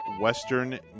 Western